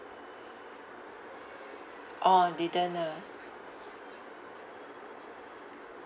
orh didn't ah